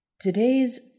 Today's